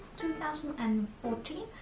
two thousand and fourteen.